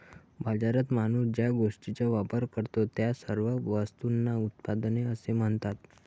बाजारात माणूस ज्या गोष्टींचा वापर करतो, त्या सर्व वस्तूंना उत्पादने असे म्हणतात